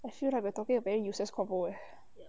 I feel like we're talking a very useless convo eh